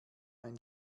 ein